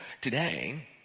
today